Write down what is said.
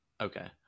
Okay